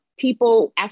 people